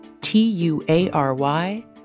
T-U-A-R-Y